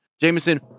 Jameson